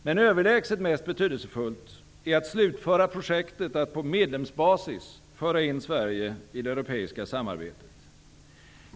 Men överlägset mest betydelsefullt är att slutföra projektet att på medlemsbasis föra in Sverige i det europeiska samarbetet.